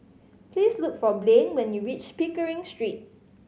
please look for Blain when you reach Pickering Street